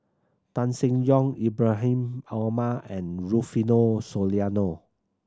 Tan Seng Yong Ibrahim Omar and Rufino Soliano